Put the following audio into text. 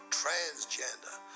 transgender